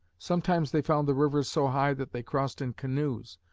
sometimes they found the rivers so high that they crossed in canoes,